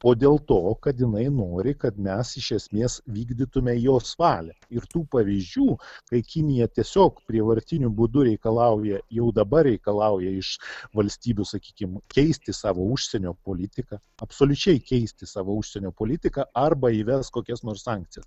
o dėl to kad jinai nori kad mes iš esmės vykdytume jos valią ir tų pavyzdžių kai kinija tiesiog prievartiniu būdu reikalauja jau dabar reikalauja iš valstybių sakykim keisti savo užsienio politiką absoliučiai keisti savo užsienio politiką arba įves kokias nors sankcijas